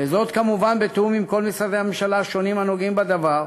וזאת כמובן בתיאום עם כל משרדי הממשלה השונים הנוגעים בדבר: